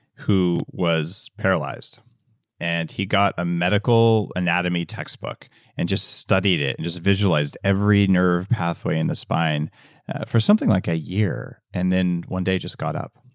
who was paralyzed and he got a medical anatomy textbook and just studied it and just visualized every nerve pathway in the spine for something like a year, and then one day he just got up.